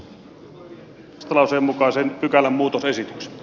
teen vastalauseen mukaisen pykälämuutosesityksen